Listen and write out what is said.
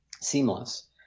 seamless